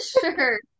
Sure